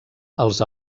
els